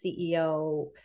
CEO